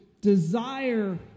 desire